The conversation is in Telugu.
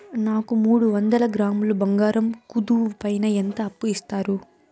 నాకు మూడు వందల గ్రాములు బంగారం కుదువు పైన ఎంత అప్పు ఇస్తారు?